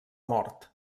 mort